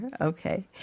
okay